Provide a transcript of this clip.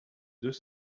deux